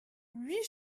huit